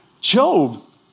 Job